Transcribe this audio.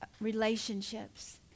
relationships